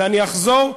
ואני אחזור,